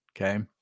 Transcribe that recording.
Okay